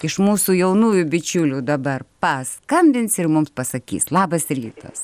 iš mūsų jaunųjų bičiulių dabar paskambins ir mums pasakys labas rytas